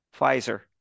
Pfizer